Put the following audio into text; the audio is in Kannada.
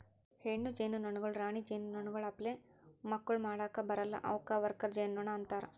ಹೆಣ್ಣು ಜೇನುನೊಣಗೊಳ್ ರಾಣಿ ಜೇನುನೊಣಗೊಳ್ ಅಪ್ಲೆ ಮಕ್ಕುಲ್ ಮಾಡುಕ್ ಬರಲ್ಲಾ ಅವುಕ್ ವರ್ಕರ್ ಜೇನುನೊಣ ಅಂತಾರ